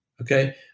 okay